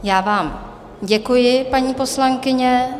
Já vám děkuji, paní poslankyně.